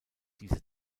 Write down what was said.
diese